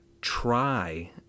try